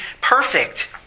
perfect